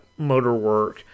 Motorwork